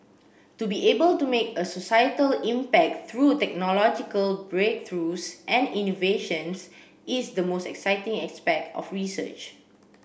to be able to make a societal impact through technological breakthroughs and innovations is the most exciting aspect of research